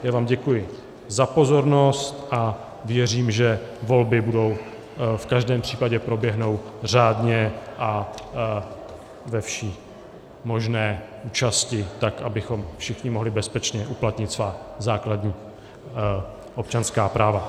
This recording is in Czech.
Já vám děkuji za pozornost a věřím, že volby v každém případě proběhnou řádně a ve vší možné účasti tak, abychom všichni mohli bezpečně uplatnit svá základní občanská práva.